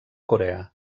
corea